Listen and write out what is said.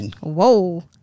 Whoa